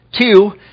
Two